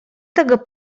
tego